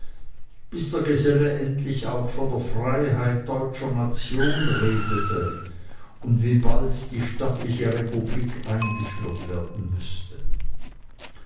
bis der geselle endlich auch von der freiheit deutscher nation redete und wie bald die stattliche republik eingeführt werden müßte